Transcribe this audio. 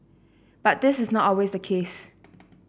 but this is not always the case